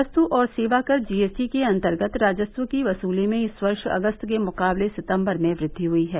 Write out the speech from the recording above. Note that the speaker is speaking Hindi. वस्तु और सेवा कर जीएसटी के अंतर्गत राजस्व की वसूली में इस वर्ष अगस्त के मुकाबले सितंबर में वृद्वि हुई है